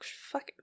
fuck